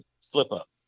slip-up